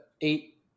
eight